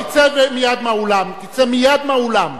נא לרדת מהבמה, נא להוריד אותו מהבמה.